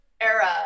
era